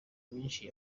myinshi